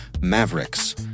Mavericks